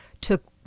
took